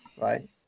right